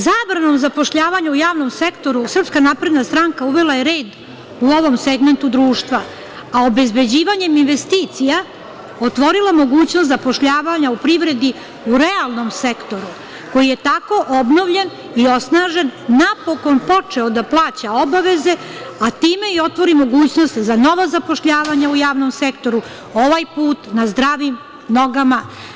Zabranom zapošljavanja u javnom sektoru SNS uvela je red u ovom segmentu društva, a obezbeđivanjem investicija otvorila mogućnost zapošljavanja u privredi u realnom sektoru, koji je tako obnovljen i osnažen napokon počeo da plaća obaveze, a time i otvori mogućnost za nova zapošljavanja u javnom sektoru, ovaj put na zdravim nogama.